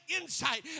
insight